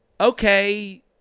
okay